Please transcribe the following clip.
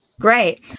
Great